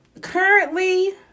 currently